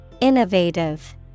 Innovative